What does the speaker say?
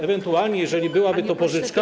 Ewentualnie, jeżeli byłaby to pożyczka.